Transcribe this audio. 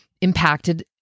impacted